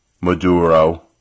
Maduro